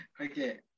Okay